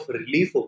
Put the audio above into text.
relief